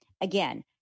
Again